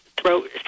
throat